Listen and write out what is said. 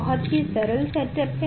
बहुत ही सरल सेटअप है